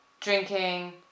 drinking